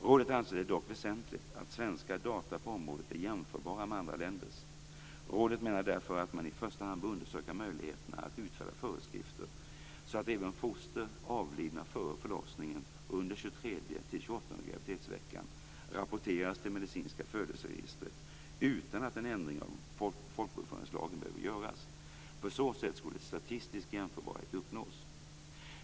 Rådet anser det dock väsentligt att svenska data på området är jämförbara med andra länders. Rådet menar därför att man i första hand bör undersöka möjligheterna att utfärda föreskrifter så att även foster avlidna före förlossningen under 23:e till 28:e graviditetsveckan rapporteras till medicinska födelseregistret utan att en ändring av folkbokföringslagen behöver göras. På så sätt skulle statistisk jämförbarhet uppnås.